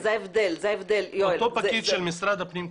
אותו פקיד של משרד הפנים,